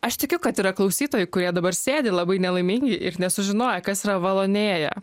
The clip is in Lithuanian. aš tikiu kad yra klausytojų kurie dabar sėdi labai nelaimingi ir nesužinoję kas yra valonėja